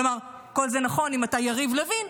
כלומר, כל זה נכון אם אתה יריב לוין.